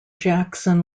jackson